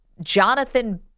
Jonathan